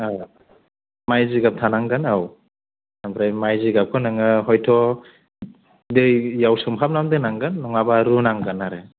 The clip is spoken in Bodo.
माय जिगाब थानांगोन औ ओमफ्राय माय जिगाबखौ नोङो हयथ' दैयाव सोमहाबनानै दोनांगोन नङाबा रुनांगोन आरो